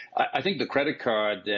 i think the credit card,